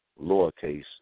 lowercase